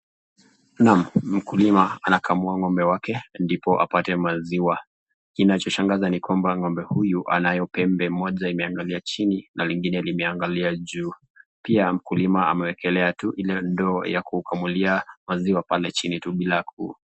Naam, mkulima anakamua ng'ombe wake, ndipo apate maziwa .Kinachoshangaza ni kwamba ng'ombe huyu anayopembe moja imeangalia chini na lingine limeangalia juu. Pia mkulima amewekelea tu, ile ndoo ya kukamulia maziwa pale chini tu bila ku.